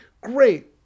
great